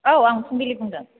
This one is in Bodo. औ आं फुंबिलि बुंदों